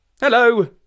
Hello